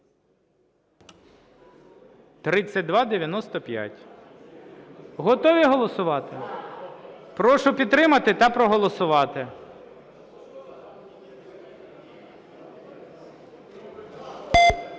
3295. Готові голосувати? Прошу підтримати та проголосувати.